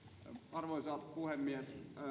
arvoisa puhemies kiitos ministerille